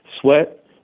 sweat